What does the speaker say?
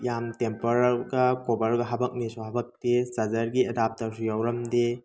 ꯌꯥꯝ ꯇꯦꯝꯄꯔꯒ ꯀꯣꯕꯔꯒ ꯍꯥꯄꯛꯅꯦꯁꯨ ꯍꯥꯄꯛꯇꯦ ꯆꯥꯔꯖꯔꯒꯤ ꯑꯦꯗꯥꯞꯇꯔꯁꯨ ꯌꯥꯎꯔꯝꯗꯦ